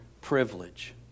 privilege